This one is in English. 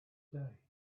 day